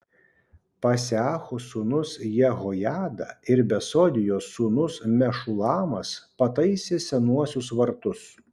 paseacho sūnus jehojada ir besodijos sūnus mešulamas pataisė senuosius vartus